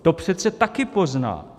To přece také pozná.